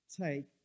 take